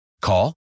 Call